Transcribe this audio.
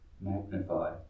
magnify